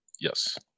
yes